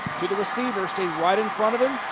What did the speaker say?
the receivers stayed right in front of him.